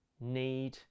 need